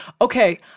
Okay